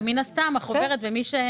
החוברת הזאת